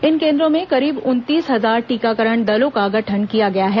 इन केन्द्रों में करीब उनतीस हजार टीकाकरण दलों का गठन किया गया है